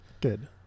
Good